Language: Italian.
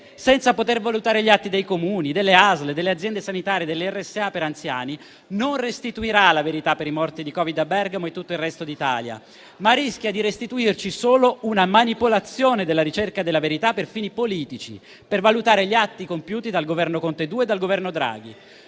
senza poter valutare gli atti dei Comuni, delle ASL, delle aziende sanitarie, delle RSA per anziani non restituirà la verità per i morti di Covid a Bergamo e in tutto il resto d'Italia, ma rischia di restituirci solo una manipolazione della ricerca della verità per fini politici, per valutare gli atti compiuti dal Governo Conte II e dal Governo Draghi.